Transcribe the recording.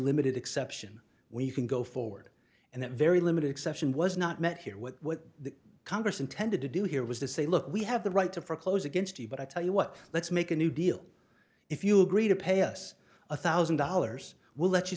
limited exception where you can go forward and that very limited exception was not met here what the congress intended to do here was to say look we have the right to foreclose against you but i tell you what let's make a new deal if you agree to pay us a thousand dollars we'll let you